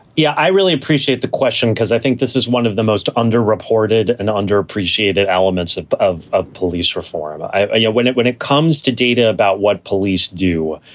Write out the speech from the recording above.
yeah, i really appreciate the question because i think this is one of the most underreported and underappreciated elements of of ah police reform. i know yeah when it when it comes to data about what police do,